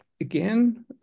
again